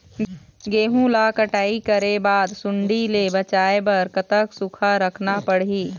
गेहूं ला कटाई करे बाद सुण्डी ले बचाए बर कतक सूखा रखना पड़ही?